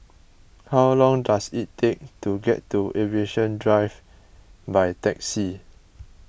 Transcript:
how long does it take to get to Aviation Drive by taxi